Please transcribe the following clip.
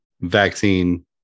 Vaccine